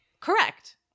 Correct